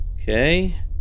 Okay